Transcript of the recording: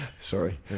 sorry